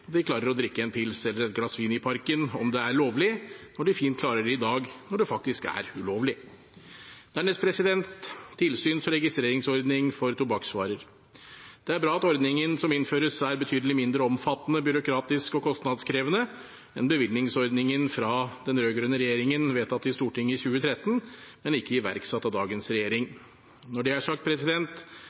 voksne enkeltindivider klarer å drikke en pils eller et glass vin i parken om det er lovlig, når de fint klarer det i dag – når det faktisk er ulovlig. Dernest registrerings- og tilsynsordning for tobakksvarer: Det er bra at ordningen som innføres, er betydelig mindre omfattende, byråkratisk og kostnadskrevende enn bevillingsordningen fra den rød-grønne regjeringen – vedtatt i Stortinget i 2013, men ikke iverksatt av dagens regjering. Når det er sagt,